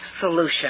SOLUTION